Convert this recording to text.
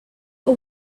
but